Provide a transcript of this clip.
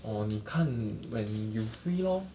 orh 你看 when you free lor